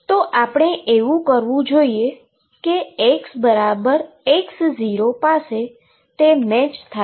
તો આપણે એવુ કરવું જોઈએ કે xx0 પાસે તે મેચ થાય